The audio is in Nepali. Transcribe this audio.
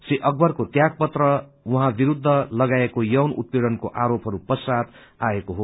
श्री अकबरको त्याग पत्र उहाँ विरूद्ध लगाइएको यौन उत्पीडनको आरोपहरू पश्चात आएको हो